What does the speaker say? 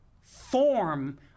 form